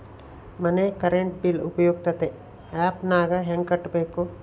ಮನೆ current bill ಉಪಯುಕ್ತತೆ app ನಾಗ ಹೆಂಗ ಕಟ್ಟಬೇಕು?